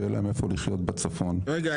שיהיה לנו איפה לחיות בצפון רגע,